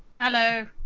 Hello